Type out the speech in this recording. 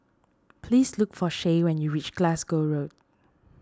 please look for Shae when you reach Glasgow Road